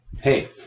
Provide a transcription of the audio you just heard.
Hey